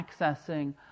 accessing